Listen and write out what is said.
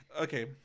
Okay